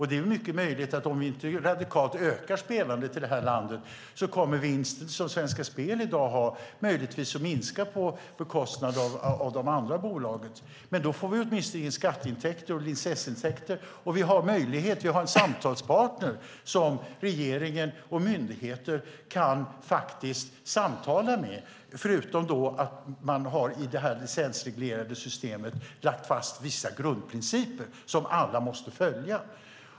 Det är mycket möjligt att om vi inte radikalt ökar spelandet i det här landet kommer den vinst som Svenska Spel i dag gör att minska på bekostnad av de andra bolagen. Men då får vi åtminstone in skatteintäkter och licensintäkter, och vi har möjligheter genom en samtalspartner som regeringen och myndigheterna kan samtala med. Dessutom har man i detta licensreglerade lagt fast vissa grundprinciper som alla måste följa.